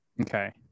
Okay